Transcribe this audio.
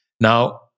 now